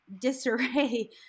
disarray